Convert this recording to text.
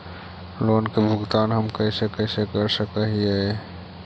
Loan के भुगतान हम कैसे कैसे कर सक हिय?